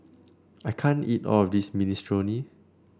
I can't eat all of this Minestrone